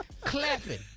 Clapping